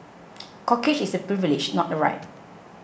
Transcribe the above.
corkage is a privilege not a right